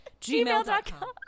gmail.com